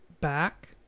back